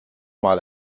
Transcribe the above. mal